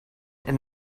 and